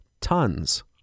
Tons